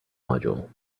module